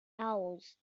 owls